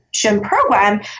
program